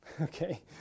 okay